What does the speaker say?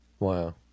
Wow